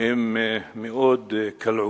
הם מאוד קלעו.